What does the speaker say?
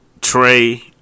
Trey